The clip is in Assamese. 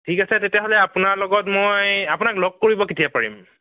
ঠিক আছে তেতিয়া হ'লে আপোনাৰ লগত মই আপোনাক লগ কৰিব কেতিয়া পাৰিম